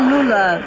Lula